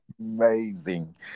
amazing